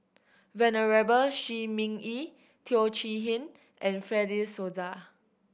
Venerable Shi Ming Yi Teo Chee Hean and Fred De Souza